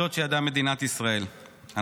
יהיה קשה לפני שיהיה טוב, אבל אני מאמין שאנחנו